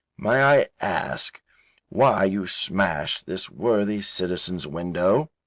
may i ask why you smashed this worthy citizen's window?